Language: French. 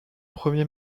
premier